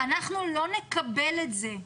אנחנו לא נקבל את זה,